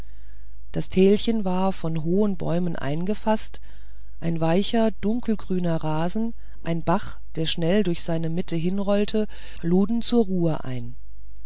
das tälchen war von hohen bäumen eingefaßt ein weicher dunkelgrüner rasen ein bach der schnell durch seine mitte hinrollte luden zur ruhe ein